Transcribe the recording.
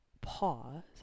pause